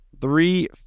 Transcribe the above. three